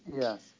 Yes